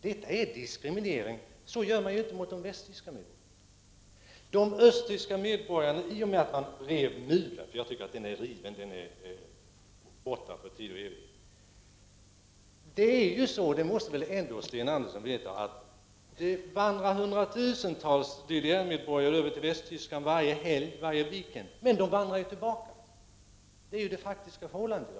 Detta är diskriminering! Så gör vi inte mot de västtyska medborgarna. I och med att muren revs — jag anser den vara riven; den är borta för tid och evighet — så vandrar hundratusentals DDR-medborgare till Västtyskland varje helg, men de vandrar tillbaka. Detta måste ändå Sten Andersson känna till. Detta är det faktiska förhållandet i dag.